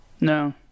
No